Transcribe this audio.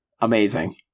Amazing